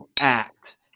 act